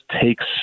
takes